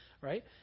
right